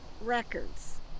records